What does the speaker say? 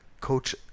coach